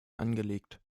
angelegt